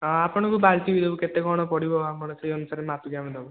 ହଁ ଆପଣଙ୍କୁ ବାଲ୍ଟି ବି ଦେବୁ କେତେ କ'ଣ ପଡ଼ିବ ଆମର ସେଇ ଅନୁସାରେ ମାପିକି ଆମେ ଦେବୁ